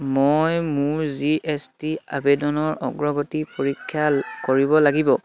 মই মোৰ G S T আবেদনৰ অগ্ৰগতি পৰীক্ষা কৰিব লাগিব